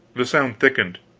this sound thickened,